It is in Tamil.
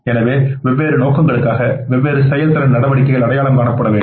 எனவே வெவ்வேறு நோக்கங்களுக்காக வெவ்வேறு செயல்திறன் நடவடிக்கைகள் அடையாளம் காணப்பட வேண்டும்